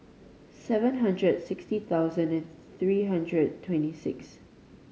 seven hundred sixty thousand three hundred twenty six